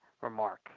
remark